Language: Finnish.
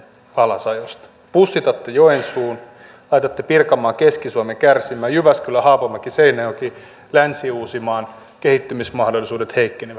pussitatte joensuun laitatte pirkanmaan keski suomen kärsimään jyväskylähaapamäkiseinäjoen länsi uusimaan kehittymismahdollisuudet heikkenevät